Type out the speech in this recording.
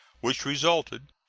which resulted,